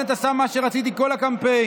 ובנט עשה מה שרציתי כל הקמפיין.